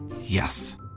Yes